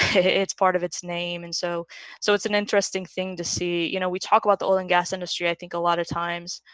it's part of its name and so so it's an interesting thing to see you know we talk about the oil and gas industry. i think a lot of times.